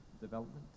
development